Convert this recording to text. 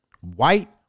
white